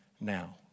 now